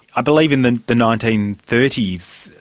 i believe in the the nineteen thirty s,